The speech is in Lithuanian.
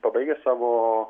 pabaigęs savo